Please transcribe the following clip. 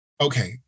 Okay